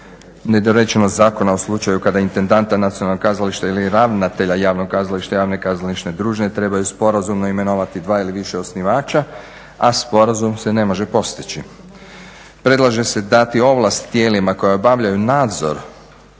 Nedorečenost zakona u slučaju kada intendanta nacionalnog kazališta ili ravnatelja javnog kazališta, javne kazališne družine trebaju sporazumno imenovati dva ili više osnivača, a sporazum se ne može postići. Predlaže se dati ovlast tijelima koja obavljaju nadzor